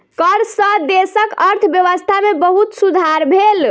कर सॅ देशक अर्थव्यवस्था में बहुत सुधार भेल